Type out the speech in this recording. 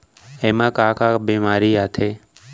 एमा का का बेमारी आथे?